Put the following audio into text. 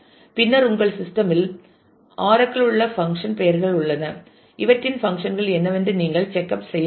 பின்னர் உங்கள் சிஸ்டம் இல் ஆரக்கிளில் உள்ள பங்க்ஷன் பெயர்கள் உள்ளன இவற்றின் பங்க்ஷன் கள் என்னவென்று நீங்கள் செக் அப் செய்ய வேண்டும்